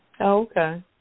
Okay